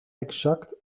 exact